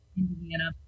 Indiana